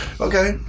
okay